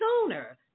sooner